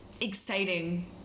exciting